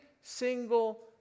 single